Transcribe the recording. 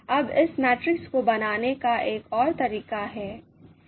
अब इस मैट्रिक्स को बनाने का एक और तरीका है